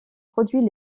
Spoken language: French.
produits